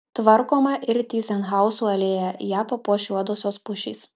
tvarkoma ir tyzenhauzų alėja ją papuoš juodosios pušys